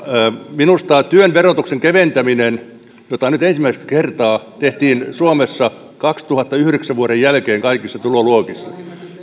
minusta työn verotuksen keventäminen jota nyt ensimmäistä kertaa tehtiin suomessa vuoden kaksituhattayhdeksän jälkeen kaikissa tuloluokissa